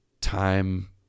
time